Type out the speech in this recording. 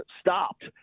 stopped